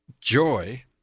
joy